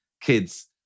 kids